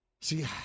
See